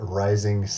rising